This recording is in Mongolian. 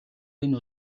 энэ